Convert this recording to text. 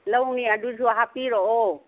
ꯂꯧꯅꯤ ꯑꯗꯨꯖꯨ ꯍꯥꯞꯄꯤꯔꯛꯑꯣ